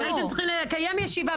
הייתם צריכים לקיים ישיבה.